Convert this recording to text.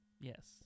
Yes